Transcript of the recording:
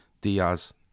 Diaz